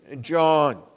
John